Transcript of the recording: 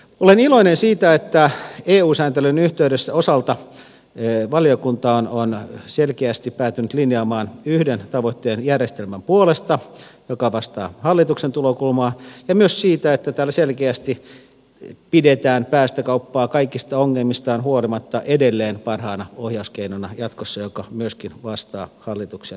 olen iloinen siitä että eu sääntelyn osalta valiokunta on selkeästi päätynyt linjaamaan yhden tavoitteen järjestelmän puolesta mikä vastaa hallituksen tulokulmaa ja myös siitä että täällä selkeästi pidetään päästökauppaa kaikista ongelmistaan huolimatta edelleen parhaana ohjauskeinona jatkossa mikä myöskin vastaa hallituksen linjauksia